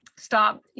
stop